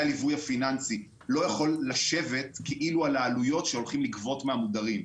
והליווי הפיננסי לא יכול לשבת כאילו על העלויות שהולכים לגבות מהמודרים.